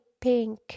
pink